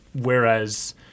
Whereas